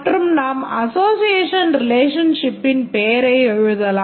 மற்றும் நாம் association ரிலேஷன்ஷிப்பின் பெயரை எழுதலாம்